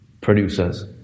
producers